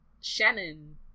Shannon